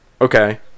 Okay